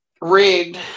rigged